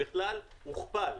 הוכפל.